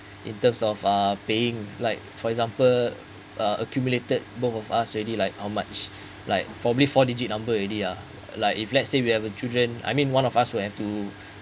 in terms of uh paying like for example uh accumulated both of us already like how much like probably four digit number already uh like if let's say we have a children I mean one of us who have to